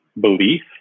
belief